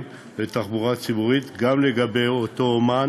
ולתחבורה ציבורית גם לגבי אותו אומן